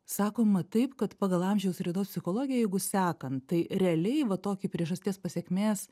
sakoma taip kad pagal amžiaus raidos psichologiją jeigu sekant tai realiai va tokį priežasties pasekmės